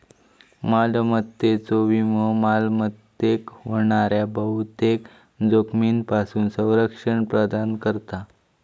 मालमत्तेचो विमो मालमत्तेक होणाऱ्या बहुतेक जोखमींपासून संरक्षण प्रदान करता